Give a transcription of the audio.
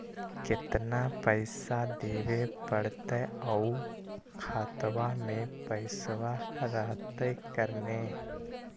केतना पैसा देबे पड़तै आउ खातबा में पैसबा रहतै करने?